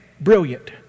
brilliant